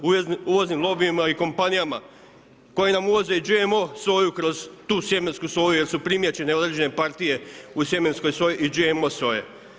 Uvoznim lobijima i kompanijama koji nam uvoze i GMO soju kroz tu sjemensku soju jer su primijećene određene partije u sjemenskoj soji i GMO soje.